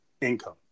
income